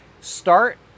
start